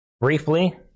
briefly